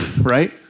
Right